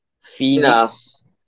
Phoenix